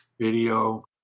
video